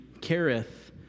careth